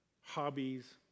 hobbies